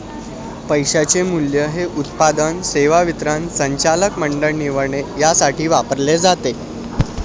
पैशाचे मूल्य हे उत्पादन, सेवा वितरण, संचालक मंडळ निवडणे यासाठी वापरले जाते